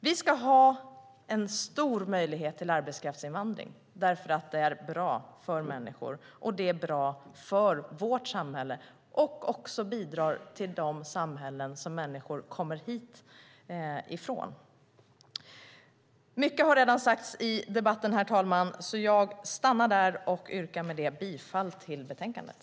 Vi ska ha en stor möjlighet till arbetskraftsinvandring därför att det är bra för människor och det är bra för vårt samhälle. Det bidrar också till de samhällen som människor kommer hit ifrån. Mycket har redan sagts i debatten, herr talman, så jag yrkar med detta bifall till förslaget i betänkandet.